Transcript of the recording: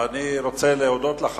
אני רוצה להודות לך.